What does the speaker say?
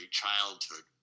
childhood